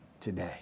today